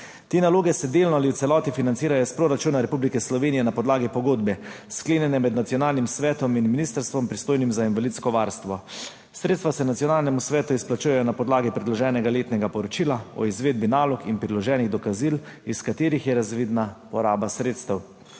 Te naloge se delno ali v celoti financirajo iz proračuna Republike Slovenije na podlagi pogodbe, sklenjene med nacionalnim svetom in ministrstvom, pristojnim za invalidsko varstvo. Sredstva se nacionalnemu svetu izplačujejo na podlagi predloženega letnega poročila o izvedbi nalog in priloženih dokazil, iz katerih je razvidna poraba sredstev.